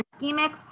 ischemic